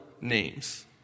names